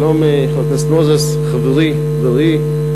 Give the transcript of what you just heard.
שלום, חבר הכנסת מוזס, חברי ורעי,